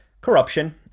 corruption